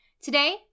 Today